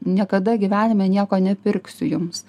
niekada gyvenime nieko nepirksiu jums